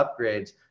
upgrades